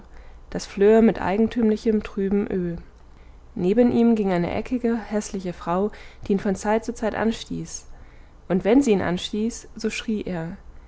das fleur mit eigentümlich trübem eu neben ihm ging eine eckige häßliche frau die ihn von zeit zu zeit anstieß und wenn sie ihn anstieß so schrie er